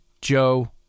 Joe